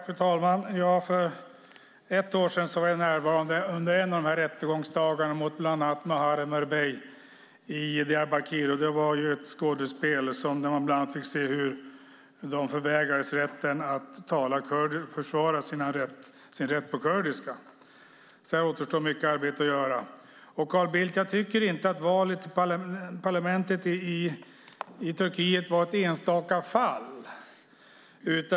Fru talman! För ett år sedan var jag närvarande under en av rättegångsdagarna mot bland annat Muharrem Erbey i Diyarbakir. Det var ett skådespel där man bland annat fick se hur de förvägrades rätten att försvara sin rätt på kurdiska. Där återstår mycket arbete att göra. Jag tycker inte, Carl Bildt, att valet till parlamentet i Turkiet var ett enstaka fall.